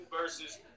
versus